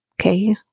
okay